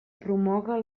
promoga